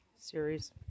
series